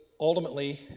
ultimately